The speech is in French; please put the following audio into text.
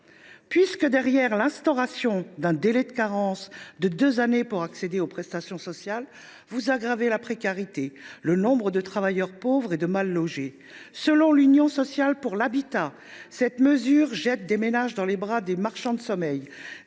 Derrière l’instauration d’un délai de carence de deux années pour accéder aux prestations sociales, vous aggravez la précarité, le nombre de travailleurs pauvres et de mal logés. Selon l’Union sociale pour l’habitat (USH), cette mesure jette des ménages dans les bras des marchands de sommeil,